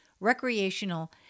recreational